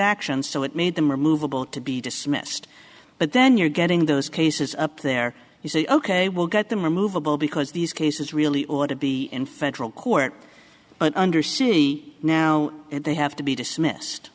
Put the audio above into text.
actions so it made them removable to be dismissed but then you're getting those cases up there you say ok we'll get them removable because these cases really ought to be in federal court but under c now they have to be dismissed